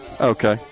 Okay